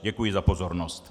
Děkuji za pozornost.